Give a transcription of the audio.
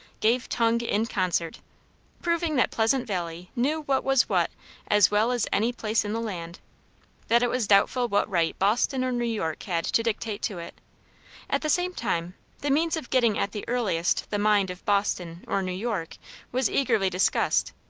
gave tongue in concert proving that pleasant valley knew what was what as well as any place in the land that it was doubtful what right boston or new york had to dictate to it at the same time the means of getting at the earliest the mind of boston or new york was eagerly discussed,